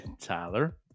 Tyler